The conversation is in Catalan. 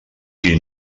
qui